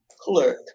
clerk